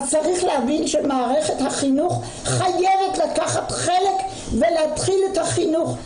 אז צריך להבין שמערכת החינוך חייבת לקחת חלק ולהתחיל את החינוך.